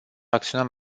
acționăm